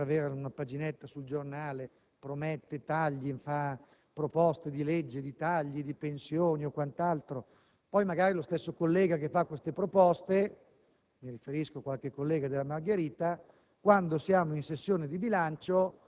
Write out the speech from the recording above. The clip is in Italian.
la sovranità popolare. C'è anche qualche collega che, per avere la paginetta sul giornale, promette tagli e fa proposte di legge di tagli alle pensioni e quant'altro. Poi lo stesso collega che fa queste proposte